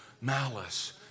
malice